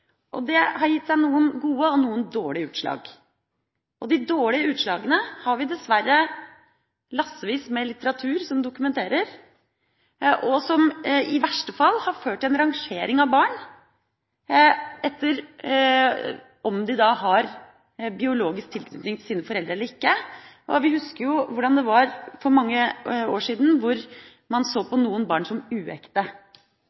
Det har gitt seg noen gode og noen dårlige utslag. De dårlige utslagene har vi dessverre lassevis med litteratur som dokumenterer, og som i verste fall har ført til en rangering av barn, ut fra om de har biologisk tilknytning til sine foreldre eller ikke. Vi husker hvordan det var for mange år siden, da man så